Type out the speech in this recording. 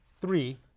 Three